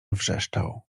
wrzeszczał